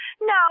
No